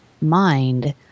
mind